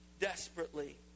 desperately